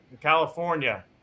california